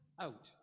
out